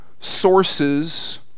sources